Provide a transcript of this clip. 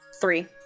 Three